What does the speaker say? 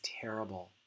terrible